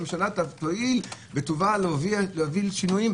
שהממשלה תואיל בטובה להביא שינויים,